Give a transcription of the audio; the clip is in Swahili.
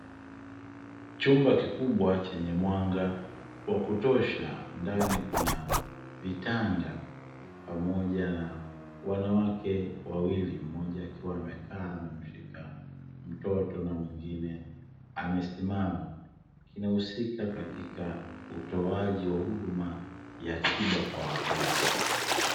Chumba kikubwa chenye mwanga wa kutosha. Ndani kuna vitanda pamoja na wanawake wawili; mmoja akiwa amekaa amemshika mtoto na mwingine amesimama. Kinahusika katika utoaji wa huduma ya tiba kwa watoto.